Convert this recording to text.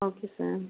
okay sir